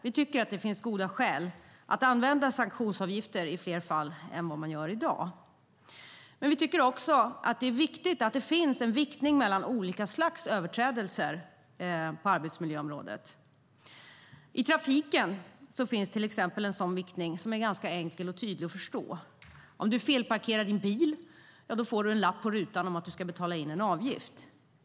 Vi tycker att det finns goda skäl att använda sanktionsavgifter i fler fall än i dag. Men vi tycker också att det måste finnas en viktning mellan olika slags överträdelser på arbetsmiljöområdet. I trafiken finns till exempel en sådan viktning som är ganska tydlig och enkel att förstå: Om du felparkerar din bil får du en lapp på rutan om att du ska betala in en avgift.